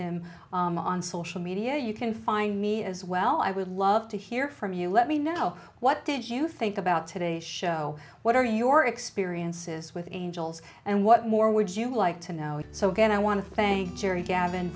him on social media or you can find me as well i would love to hear from you let me know what did you think about today's show what are your experiences with angels and what more would you like to know so again i want to thank jerry gavin